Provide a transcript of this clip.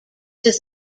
does